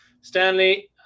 Stanley